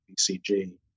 BCG